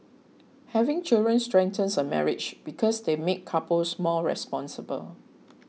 having children strengthens a marriage because they make couples more responsible